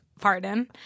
Pardon